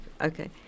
Okay